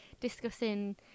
discussing